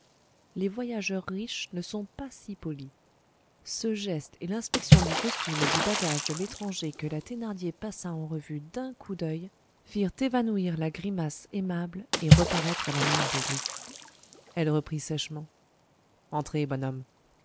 les voyageurs riches ne sont pas si polis ce geste et l'inspection du costume et du bagage de l'étranger que la thénardier passa en revue d'un coup d'oeil firent évanouir la grimace aimable et reparaître la mine bourrue elle reprit sèchement entrez bonhomme